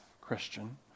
Christian